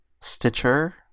Stitcher